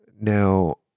Now